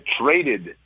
traded